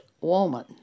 woman